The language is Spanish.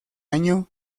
año